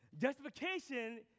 Justification